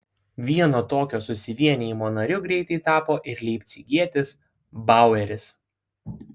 vieno tokio susivienijimo nariu greitai tapo ir leipcigietis baueris